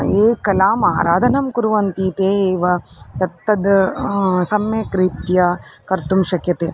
ये कलाम् आराधनं कुर्वन्ति ते एव तत्तद् सम्यक् रीत्या कर्तुं शक्यन्ते